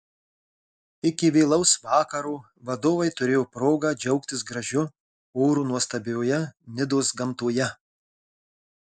iki vėlaus vakaro vadovai turėjo progą džiaugtis gražiu oru nuostabioje nidos gamtoje